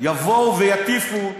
יבואו ויטיפו,